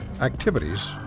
activities